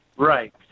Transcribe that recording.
Right